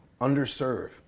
underserve